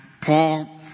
Paul